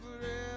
forever